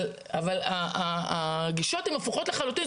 אבל הגישות הן הפוכות לחלוטין.